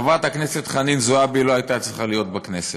חברת הכנסת חנין זועבי לא הייתה צריכה להיות בכנסת.